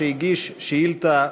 שהגיש שאילתה,